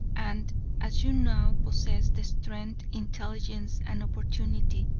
and as you now possess the strength, intelligence and opportunity,